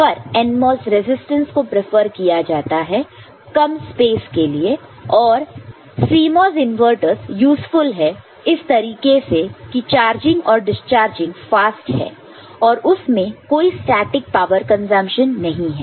पर NMOS resistance को prefer किया जाता है कम स्पेस के लिए और CMOS इनवर्टरस यूज़फुल है इस तरीके से की चार्जिंग और डिस्चार्जिंग फास्ट है और उसमें कोई स्टैटिक पावर कन्ज़म्प्शन् नहीं है